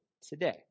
today